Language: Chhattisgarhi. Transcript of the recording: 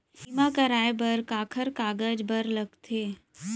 बीमा कराय बर काखर कागज बर लगथे?